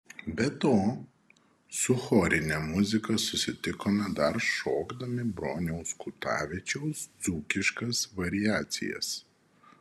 be to su chorine muzika susitikome dar šokdami broniaus kutavičiaus dzūkiškas variacijas